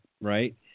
right